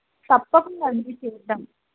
తప్పకుండా అన్ని చేద్దాం